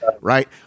right